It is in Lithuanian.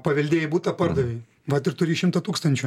paveldėjai butą pardavei vat ir turi šimtą tūkstančių